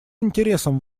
интересом